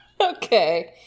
Okay